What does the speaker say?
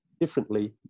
differently